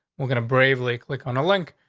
we're gonna bravely click on a link.